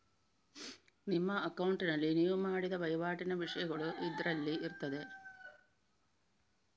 ನಿಮ್ಮ ಅಕೌಂಟಿನಲ್ಲಿ ನೀವು ಮಾಡಿದ ವೈವಾಟಿನ ವಿಷಯಗಳು ಇದ್ರಲ್ಲಿ ಇರ್ತದೆ